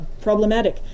problematic